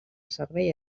servei